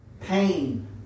pain